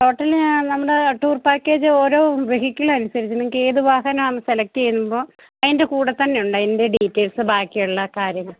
hotel നമ്മടെ tour package ഓരോ vehicle അനുസരിച്ച് നിങ്ങള്ക്ക് ഏതു വാഹനമാണെന്നു സെലക്റ്റെയ്യുമ്പോള് അതിൻ്റെ കൂടെത്തന്നെയുണ്ട് അതിൻ്റെ ഡീറ്റെയിൽസ് ബാക്കിയുള്ള കാര്യങ്ങൾ